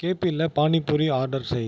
கேபியில் panipuri order செய்